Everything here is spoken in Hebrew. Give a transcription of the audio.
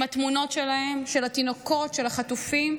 עם התמונות שלהם, של התינוקות, של החטופים,